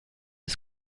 des